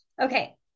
Okay